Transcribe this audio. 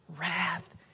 wrath